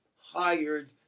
hired